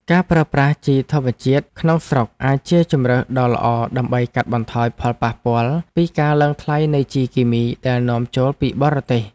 ការប្រើប្រាស់ជីធម្មជាតិក្នុងស្រុកអាចជាជម្រើសដ៏ល្អដើម្បីកាត់បន្ថយផលប៉ះពាល់ពីការឡើងថ្លៃនៃជីគីមីដែលនាំចូលពីបរទេស។